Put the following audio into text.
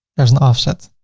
there's an offset.